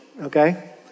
okay